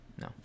No